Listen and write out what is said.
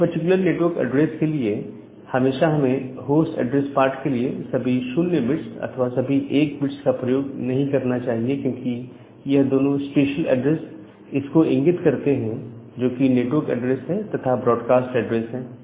एक particular network address के लिए हमेशा हमेंहोस्ट एड्रेस पार्ट के लिए सभी 0 बिट्स अथवा सभी 1 बिट्स का प्रयोग नहीं करना चाहिए क्योंकि यह दोनों स्पेशल एड्रेस इसको इंगित करते हैं जो कि नेटवर्क एड्रेस है तथा ब्रॉडकास्ट एड्रेस है